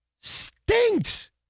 stinks